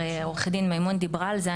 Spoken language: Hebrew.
עו"ד מימון כבר דיברה על זה,